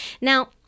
Now